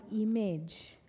image